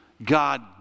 God